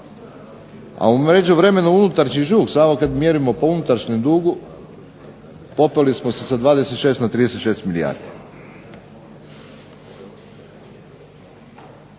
a u međuvremenu …/Ne razumije se./… samo kad mjerimo po unutrašnjem dugu popeli smo se sa 26 na 36 milijardi.